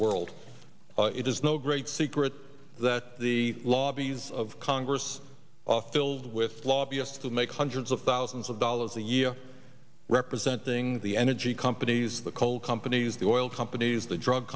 world it is no great secret that the law bees of congress filled with lobbyists who make hundreds of thousands of dollars a year representing the energy companies the coal companies the oil companies the drug